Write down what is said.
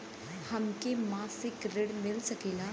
हमके मासिक ऋण मिल सकेला?